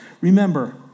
Remember